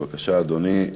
בבקשה, אדוני,